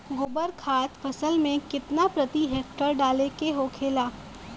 गोबर खाद फसल में कितना प्रति हेक्टेयर डाले के होखेला?